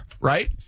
Right